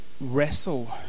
wrestle